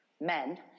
men